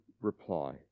reply